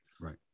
Right